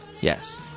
yes